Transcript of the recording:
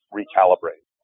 recalibrate